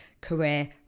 career